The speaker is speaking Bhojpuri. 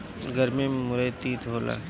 गरमी में मुरई तीत होला